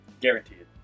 Guaranteed